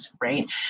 right